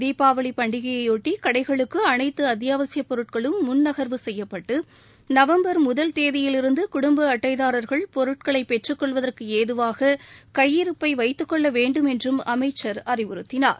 தீபாவளி பண்டிகையெயொட்டி கடைகளுக்கு அனைத்து அத்தியாவசிய பொருட்களும் முன் நகர்வு செய்யப்பட்டு நவம்பர் முதல் தேதியில் இருந்து குடுப்ப அட்டைதாரர்கள் பொருட்களை பெற்றுக்கொள்வதற்கு ஏதுவாக கையிருப்பை வைத்துக்கொள்ள வேண்டும் என்றும் அமைச்சர் அறிவுறுத்தினார்